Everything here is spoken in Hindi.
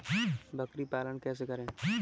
बकरी पालन कैसे करें?